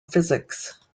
physics